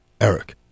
eric